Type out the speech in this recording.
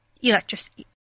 electricity